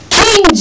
king